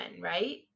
right